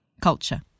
culture